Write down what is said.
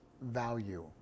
value